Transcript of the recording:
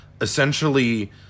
essentially